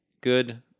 good